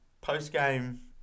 post-game